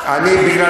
ברגע